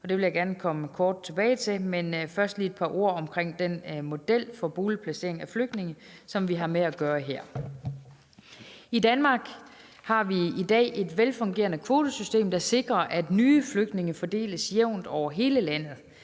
Det vil jeg gerne komme kort tilbage til, men først lige et par ord om den model for boligplacering af flygtninge, som vi har at gøre med her. I Danmark har vi i dag et velfungerende kvotesystem, der sikrer, at nye flygtninge fordeles jævnt over hele landet.